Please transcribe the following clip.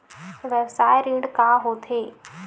व्यवसाय ऋण का होथे?